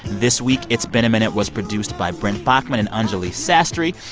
this week, it's been a minute was produced by brent baughman and anjuli sastry.